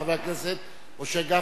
חבר הכנסת משה גפני,